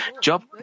Job